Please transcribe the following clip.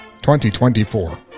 2024